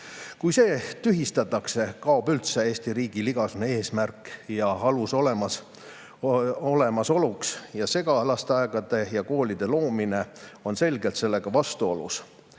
Kui see tühistatakse, kaob üldse Eesti riigil igasugune eesmärk ja alus olemasoluks. Segalasteaedade ja -koolide loomine on selgelt sellega vastuolus.